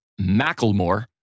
Macklemore